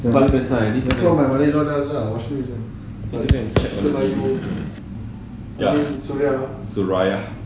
that's why my mother in law also watching dengan ibu I mean Suria